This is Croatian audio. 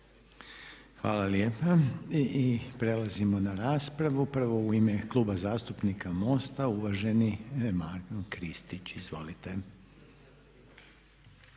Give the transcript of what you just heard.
Hvala lijepa. I prelazimo na raspravu. Prvo u ime Kluba zastupnika MOST-a uvaženi Maro Kristić. Izvolite.